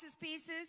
pieces